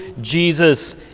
Jesus